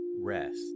Rest